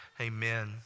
Amen